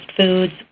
foods